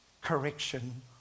correction